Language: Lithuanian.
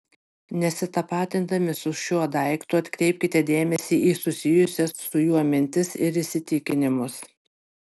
nesitapatindami su šiuo daiktu atkreipkite dėmesį į susijusias su juo mintis ir įsitikinimus